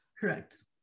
Correct